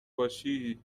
باشی